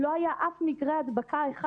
לא היה אף מקרה הדבקה אחד.